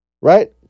right